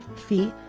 fee